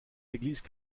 églises